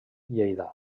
lleida